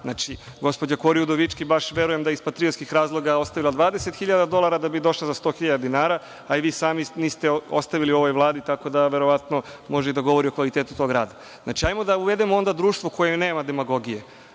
NBS. Gospođa Kori Udovički verujem da je iz patriotskih razloga ostavila 20 hiljada dolara da bi došla za 100 hiljada dinara, a i vi sami niste ostavili ovoj vladi, tako da verovatno može i da govori o kvalitetu tog rada. Hajde da uvedemo društvo koje nema demagogije.